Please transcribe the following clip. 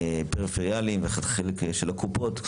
מצד הפריפריאליים; חלק מהצד של הקופות,